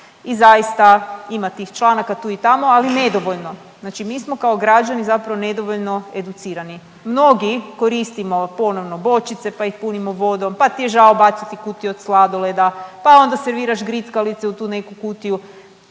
I zaista ima tih članaka tu i tamo, ali nedovoljno. Znači mi smo kao građani zapravo nedovoljno educirani. Mnogi koristimo ponovno bočice pa ih punimo vodom, pa ti je žao baciti kutiju od sladoleda. Pa onda serviraš grickalice u tu neku kutiju.